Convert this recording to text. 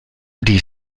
die